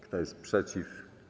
Kto jest przeciw?